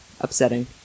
upsetting